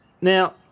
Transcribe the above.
now